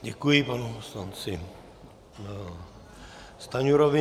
Děkuji panu poslanci Stanjurovi.